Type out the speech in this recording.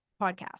podcast